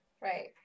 Right